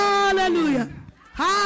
Hallelujah